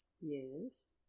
Yes